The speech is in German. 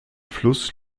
fluss